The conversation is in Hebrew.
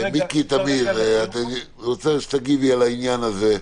מיקי טמיר, אני רוצה שתגיבי על העניין הזה.